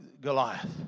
Goliath